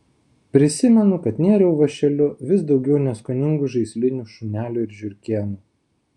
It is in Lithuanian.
prisimenu kad nėriau vąšeliu vis daugiau neskoningų žaislinių šunelių ir žiurkėnų